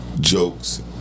jokes